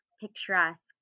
picturesque